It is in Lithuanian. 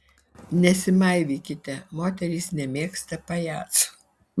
nesimaivykite moterys nemėgsta pajacų